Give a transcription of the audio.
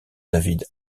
david